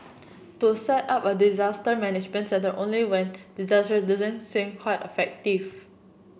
to set up a disaster management centre only when disaster doesn't seem quite effective